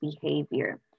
behavior